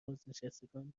بازنشستگان